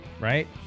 right